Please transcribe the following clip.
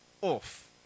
off